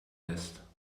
lässt